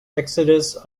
exodus